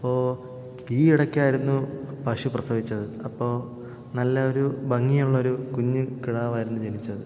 ഇപ്പോൾ ഈ ഇടയ്ക്കായിരുന്നു പശു പ്രസവിച്ചത് അപ്പോൾ നല്ല ഒരു ഭംഗിയുള്ളൊരു കുഞ്ഞ് കിടാവായിരുന്നു ജനിച്ചത്